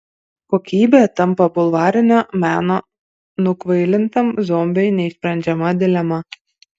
kokybė tampa bulvarinio meno nukvailintam zombiui neišsprendžiama dilema